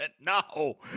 no